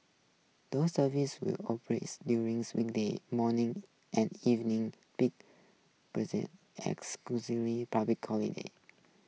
those services will operates during weekday morning and evening big as